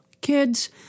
Kids